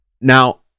Now